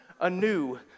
anew